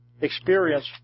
experience